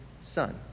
son